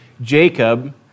Jacob